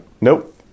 Nope